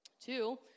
two